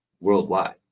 worldwide